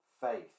Faith